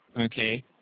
okay